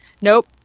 nope